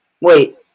Wait